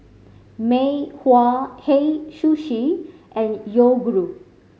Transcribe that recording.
Mei Hua Hei Sushi and Yoguru